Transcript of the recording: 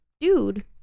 dude